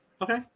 Okay